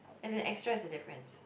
as in extra is the difference